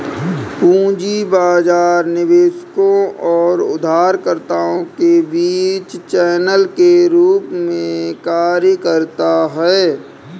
पूंजी बाजार निवेशकों और उधारकर्ताओं के बीच चैनल के रूप में कार्य करता है